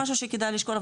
משהו שכדאי לשקול,